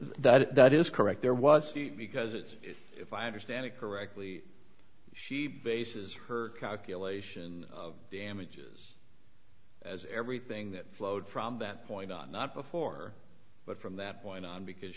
the that is correct there was because if i understand it correctly she bases her calculation of damages as everything that flowed from that point on not before but from that point on because